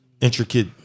intricate